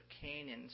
Canaan